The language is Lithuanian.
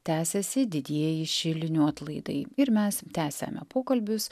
tęsiasi didieji šilinių atlaidai ir mes tęsiame pokalbius